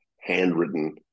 handwritten